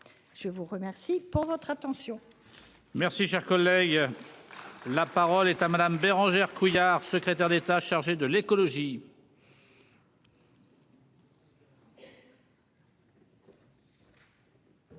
Je vous remercie pour votre attention.